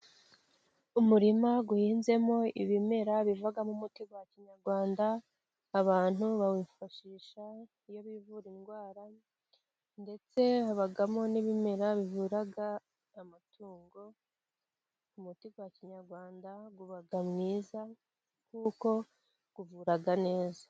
Umurima uhinzemo ibimera bivamo umuti wa kinyarwanda abantu bawifashisha iyo bivura indwara ndetse habamo n'ibimera bivura amatungo Umuuti wa kinyarwanda uba mwiza ,kuko uvura neza.